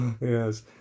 Yes